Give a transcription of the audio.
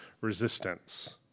resistance